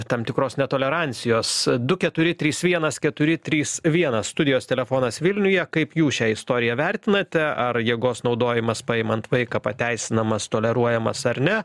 tam tikros netolerancijos du keturi trys vienas keturi trys vienas studijos telefonas vilniuje kaip jūs šią istoriją vertinate ar jėgos naudojimas paimant vaiką pateisinamas toleruojamas ar ne